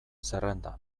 zerrenda